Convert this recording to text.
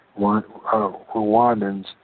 Rwandans